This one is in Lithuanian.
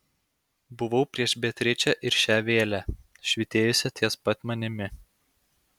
buvau prieš beatričę ir šią vėlę švytėjusią ties pat manimi